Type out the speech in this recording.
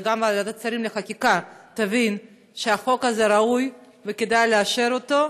גם ועדת שרים לחקיקה תבין שהחוק הזה ראוי וכדאי לאשר אותו,